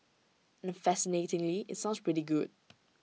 and the fascinatingly IT sounds pretty good